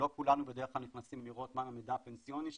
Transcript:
לא כולנו בדרך כלל נכנסים לראות מה עם המידע הפנסיוני שלנו,